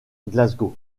glasgow